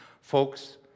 folks